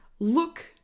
Look